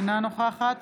אינה נוכחת